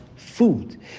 food